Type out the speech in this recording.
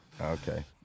Okay